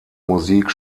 musik